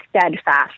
steadfast